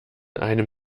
einem